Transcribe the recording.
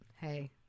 Hey